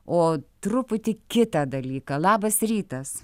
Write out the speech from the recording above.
o truputį kitą dalyką labas rytas